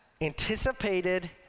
anticipated